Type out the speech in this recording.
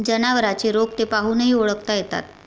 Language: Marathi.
जनावरांचे रोग ते पाहूनही ओळखता येतात